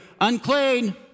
unclean